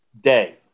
day